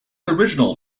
original